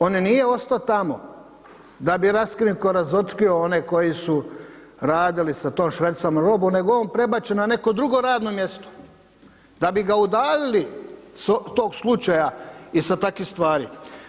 On nije ostao tamo da bi raskrinkao razotkrio one koji su radili sa tom šverca robom, nego je on prebačen na neko drugo radno mjesto, da bi ga udaljili sa tog slučaja i sa takvim stvarima.